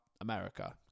America